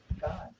God